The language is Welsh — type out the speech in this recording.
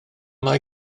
mae